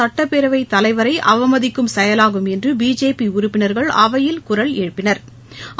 சட்டப்பேரவைத் தலைவரை அவமதிக்கும் செயலாகும் என்று பிஜேபி உறுப்பினா்கள் அவையில் குரல் எழுப்பினா்